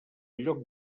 lloc